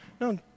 no